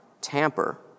tamper